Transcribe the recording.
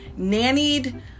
nannied